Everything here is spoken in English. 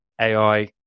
ai